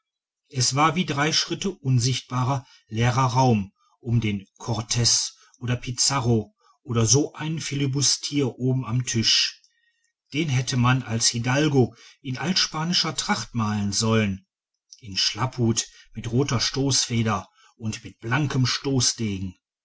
es war wie drei schritte unsichtbarer leerer raum um den cortez oder pizarro oder so einen flibustier oben am tisch den hätte man als hidalgo in altspanischer tracht malen sollen in schlapphut mit roter stoßfeder und mit blankem